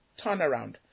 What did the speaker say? turnaround